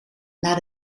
naar